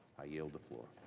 i yield the floor.